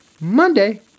Monday